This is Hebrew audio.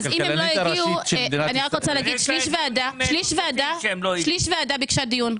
שליש ועדה ביקשה דיון,